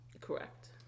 correct